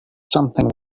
something